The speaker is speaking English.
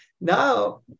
now